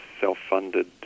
self-funded